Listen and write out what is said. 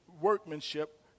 workmanship